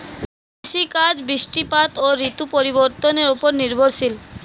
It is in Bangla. কৃষিকাজ বৃষ্টিপাত ও ঋতু পরিবর্তনের উপর নির্ভরশীল